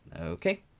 Okay